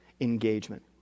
engagement